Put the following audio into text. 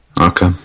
Okay